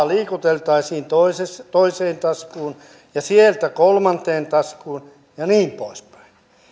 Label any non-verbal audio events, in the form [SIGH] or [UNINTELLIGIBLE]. [UNINTELLIGIBLE] liikuteltaisiin toiseen taskuun ja sieltä kolmanteen taskuun ja niin poispäin